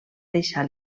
deixar